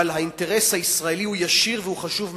אבל האינטרס הישראלי הוא ישיר וחשוב מאוד,